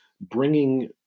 bringing